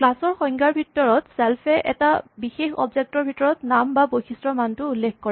class ৰ সংজ্ঞাৰ ভিতৰত ছেল্ফ এ এটা বিশেষ অবজেক্ট ৰ ভিতৰত নাম বা বৈশিষ্টৰ মানটো উল্লেখ কৰে